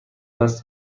دست